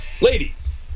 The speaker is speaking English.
Ladies